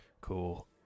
Cool